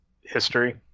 history